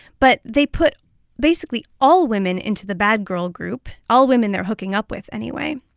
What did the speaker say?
but they put basically all women into the bad girl group, all women they're hooking up with anyway,